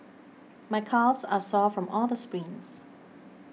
my calves are sore from all the sprints